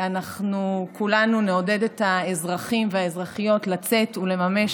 אנחנו כולנו נעודד את האזרחים והאזרחיות לצאת ולממש